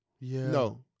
No